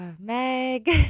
Meg